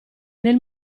nel